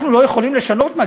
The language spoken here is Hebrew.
אנחנו לא יכולים לקיים את הדיון?